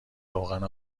روغن